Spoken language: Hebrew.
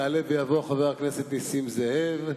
יעלה ויבוא חבר הכנסת נסים זאב,